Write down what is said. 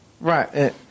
Right